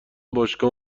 باشگاه